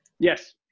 Yes